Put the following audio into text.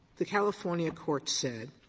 the california court said,